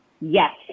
yes